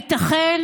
הייתכן?